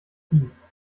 kies